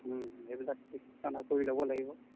ও সেইবিলাক ঠিক কৰি ল'ব লাগিব